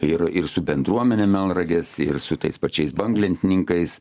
ir ir su bendruomene melnragės ir su tais pačiais banglentininkais